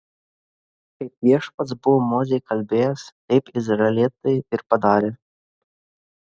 kaip viešpats buvo mozei kalbėjęs taip izraelitai ir padarė